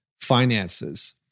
finances